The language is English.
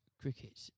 cricket